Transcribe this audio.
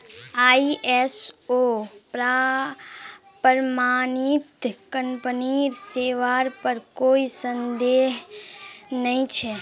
ISO प्रमाणित कंपनीर सेवार पर कोई संदेह नइ छ